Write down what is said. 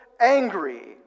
Angry